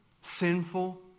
sinful